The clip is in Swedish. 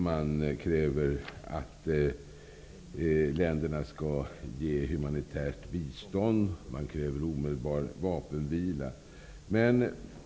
Man kräver att länderna skall ge humanitärt bistånd, och man kräver omedelbar vapenvila.